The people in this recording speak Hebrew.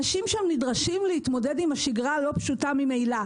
אנשים שם נדרשים להתמודד עם השגרה הלא פשוטה ממילא.